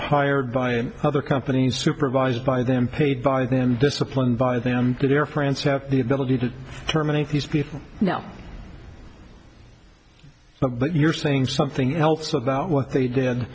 hired by other companies supervised by them paid by them disciplined by them good air france have the ability to terminate these people now but but you're saying something else about what they did